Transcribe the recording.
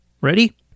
Ready